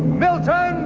milton